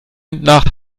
nach